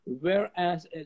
Whereas